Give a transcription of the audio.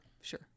Sure